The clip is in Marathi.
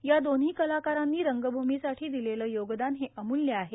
या दोन्ही कलाकारांनी रंगभूमीसाठी दिलेले योगदान हे अमूल्य आहे